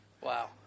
Wow